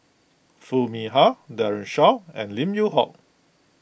Foo Mee Har Daren Shiau and Lim Yew Hock